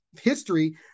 history